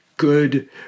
good